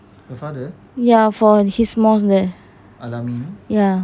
ya for and his mosque there ya